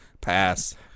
Pass